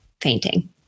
fainting